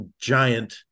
giant